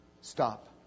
Stop